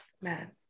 man